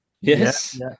Yes